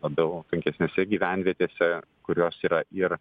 labiau tankesnėse gyvenvietėse kurios yra ir